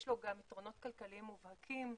יש לו גם יתרונות כלכליים מובהקים,